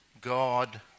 God